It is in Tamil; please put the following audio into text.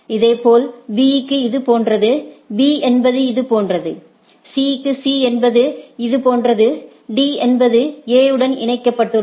இதேபோல் B க்கு இது போன்றது B என்பது இது போன்றது C க்கு C என்பது இது போன்றது D என்பது A உடன் இணைக்கப்பட்டுள்ளது